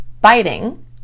biting